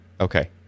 Okay